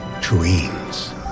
dreams